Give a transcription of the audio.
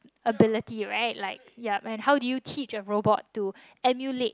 ability right like yup and how did you teach a robot to emulate